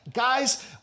guys